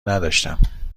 نداشتم